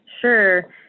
Sure